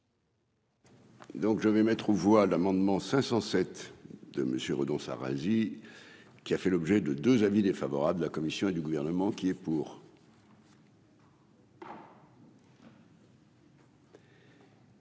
Donc, je vais mettre aux voix l'amendement 507 de monsieur renonce Rungis qui a fait l'objet de 2 avis défavorable de la Commission et du gouvernement qui est pour.